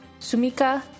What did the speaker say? Sumika